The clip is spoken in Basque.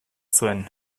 zuen